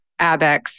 Abex